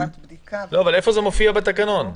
איפה זה מופיע בתקנות?